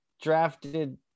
drafted